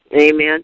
Amen